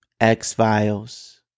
X-Files